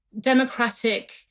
democratic